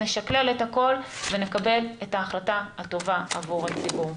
נשקלל את הכול ונקבל את ההחלטה הטובה עבור הציבור.